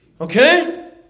okay